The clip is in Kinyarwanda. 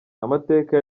amateka